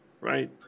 right